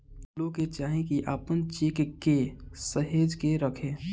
लोग के चाही की आपन चेक के सहेज के रखे